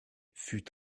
fut